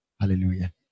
Hallelujah